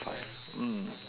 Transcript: five mm